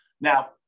Now